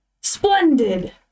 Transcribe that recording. splendid